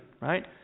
Right